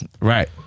Right